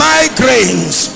Migraines